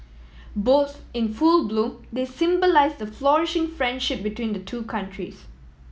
both in full bloom they symbolise the flourishing friendship between the two countries